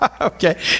okay